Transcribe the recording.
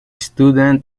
student